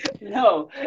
No